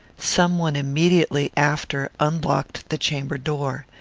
some one immediately after unlocked the chamber door.